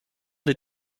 des